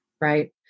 right